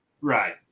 Right